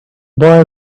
boy